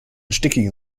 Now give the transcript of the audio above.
stickigen